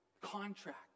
contract